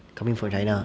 coming from china